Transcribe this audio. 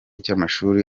cy’amashuri